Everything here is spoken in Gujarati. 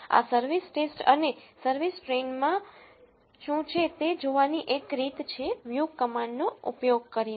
આ સર્વિસ ટેસ્ટ અને સર્વિસ ટ્રેઇનમાં શું છે તે જોવાની એક રીત છે વ્યુ કમાન્ડનો ઉપયોગ કરીને